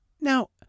Now